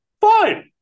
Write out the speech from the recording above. Fine